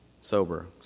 sober